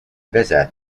visit